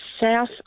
south